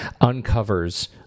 uncovers